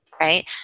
Right